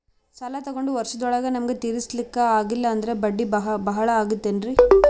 ಸಾಲ ತೊಗೊಂಡು ವರ್ಷದೋಳಗ ನಮಗೆ ತೀರಿಸ್ಲಿಕಾ ಆಗಿಲ್ಲಾ ಅಂದ್ರ ಬಡ್ಡಿ ಬಹಳಾ ಆಗತಿರೆನ್ರಿ?